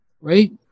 right